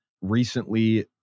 recently